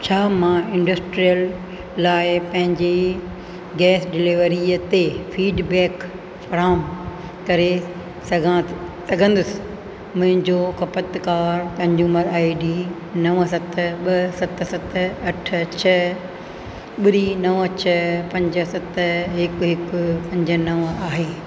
छा मां इंडस्ट्रीयल लाइ पंहिंजी गैस डिलेवरीअ ते फीडबैक फारम करे सघां सघंदुस मुहिंजो खपतकार कंजूमर आई डी नव सत ॿ सत सत अठ छ ॿुड़ी नव छ पंज सत हिकु हिकु पंज नव आहे